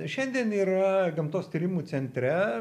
šiandien yra gamtos tyrimų centre